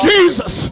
Jesus